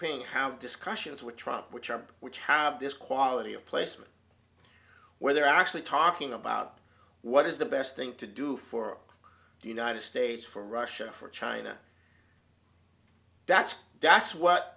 playing have discussions with trump which are which have this quality of placement where they're actually talking about what is the best thing to do for the united states for russia for china that's that's what